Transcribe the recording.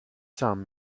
sum